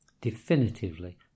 definitively